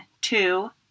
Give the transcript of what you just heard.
two